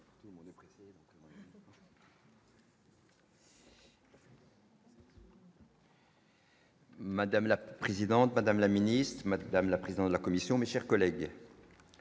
Madame la présidente, madame la ministre, madame la présidente de la commission mais, chers collègues,